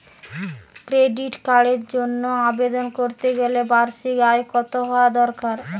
Credit কার্ডের জন্য আবেদন করতে গেলে বার্ষিক আয় কত হওয়া দরকার?